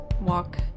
walk